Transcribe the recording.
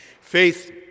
Faith